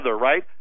right